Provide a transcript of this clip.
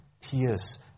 tears